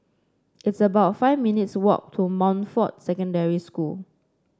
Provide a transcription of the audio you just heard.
it's about five minutes' walk to Montfort Secondary School